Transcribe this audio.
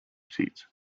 seats